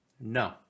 No